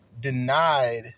denied